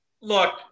look